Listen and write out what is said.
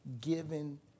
given